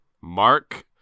Mark